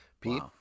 Pete